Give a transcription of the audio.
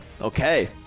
Okay